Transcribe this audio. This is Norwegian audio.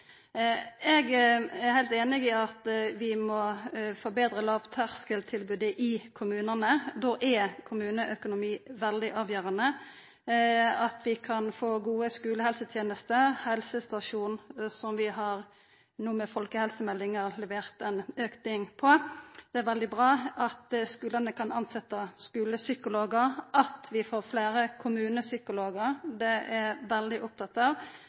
Eg er heilt einig i at vi må forbetra lågterskeltilbodet i kommunane – då er kommuneøkonomi veldig avgjerande – og at vi kan få gode skulehelsetenester og helsestasjon, som vi no med folkehelsemeldinga har levert ein auke på. Det er veldig bra at skulane kan tilsetja skulepsykologar, og at vi får fleire kommunepsykologar. Det er eg veldig opptatt av.